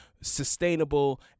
sustainable